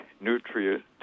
nutrient